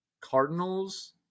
Cardinals